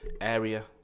area